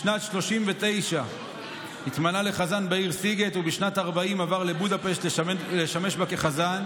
בשנת 1939 התמנה לחזן בעיר סיגט ובשנת 1940 עבר לבודפשט לשמש בה כחזן.